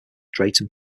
drayton